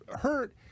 Hurt